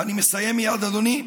אני מסיים מייד, אדוני.